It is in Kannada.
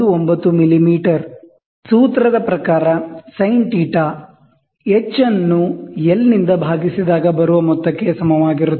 19 ಮಿಲಿಮೀಟರ ಸೂತ್ರದ ಪ್ರಕಾರ sinθ h ಅನ್ನು L ನಿಂದ ಭಾಗಿಸಿದಾಗ ಬರುವ ಮೊತ್ತಕ್ಕೆ ಸಮವಾಗಿರುತ್ತದೆ